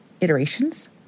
iterations